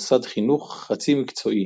כמוסד חינוך חצי-מקצועי